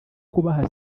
kubaha